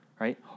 right